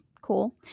Cool